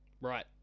Right